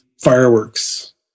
fireworks